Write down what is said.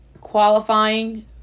qualifying